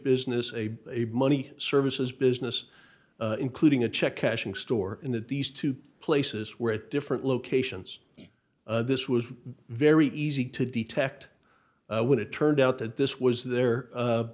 business a money services business including a check cashing store in that these two places were at different locations this was very easy to detect when it turned out that this was the